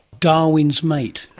darwin's mate.